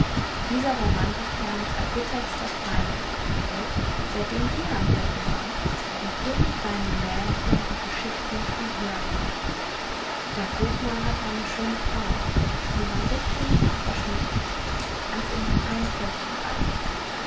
dieser war mandelkerns erbitterster feind weil seitdem jener am hofe war der könig seine märchen und geschichten nicht mehr hören wollte der hofnarr hatte eine schöne frau die war so klug und verschmitzt als ihr mann einfältig und albern